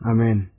Amen